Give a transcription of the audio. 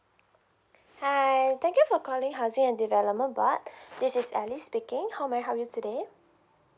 hi thank you for calling housing and development board this is ally speaking how may I help you today